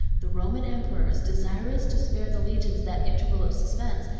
the roman emperors, desirous to spare the legions that interval of suspense,